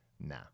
nah